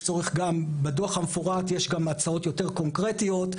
בדוח המפורט יש גם הצעות יותר קונקרטיות,